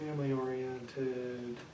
family-oriented